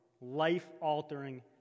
life-altering